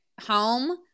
home